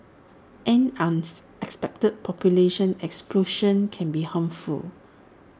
an expected population explosion can be harmful